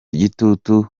igitutu